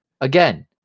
Again